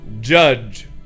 judge